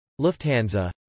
Lufthansa